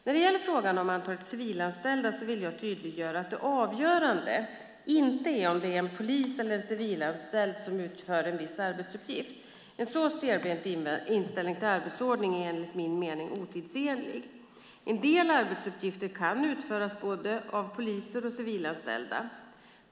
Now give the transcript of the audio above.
När det gäller frågan om antalet civilanställda vill jag tydliggöra att det avgörande inte är om det är en polis eller en civilanställd som utför en viss arbetsuppgift. En så stelbent inställning till arbetsordningen är enligt min mening otidsenlig. En del arbetsuppgifter kan utföras av både poliser och civilanställda.